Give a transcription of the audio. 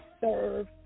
serve